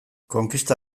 konkista